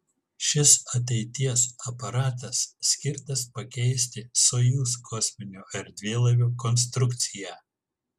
šis ateities aparatas skirtas pakeisti sojuz kosminio erdvėlaivio konstrukciją